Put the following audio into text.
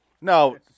No